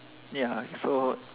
ya so